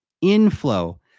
Inflow